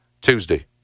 Tuesday